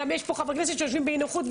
גם יש פה חברי כנסת שיושבים באי נוחות,